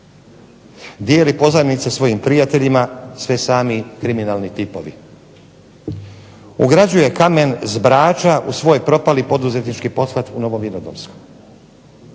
dijeli pozajmice svojim prijateljima, sve sami kriminalni tipovi. Ugrađuje kamen s Brača u svoj propali poduzetnički pothvat u Novom Vinodolskom.